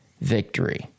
victory